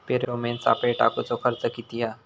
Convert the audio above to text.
Pheromone सापळे टाकूचो खर्च किती हा?